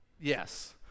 yes